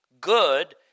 good